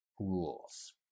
Rules